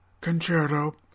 concerto